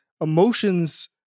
emotions